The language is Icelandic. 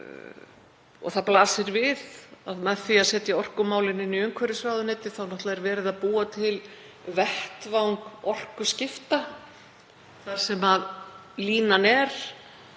og það blasir við að með því að setja orkumálin inn í umhverfisráðuneytið, að það er náttúrlega verið að búa til vettvang orkuskipta þar sem línan er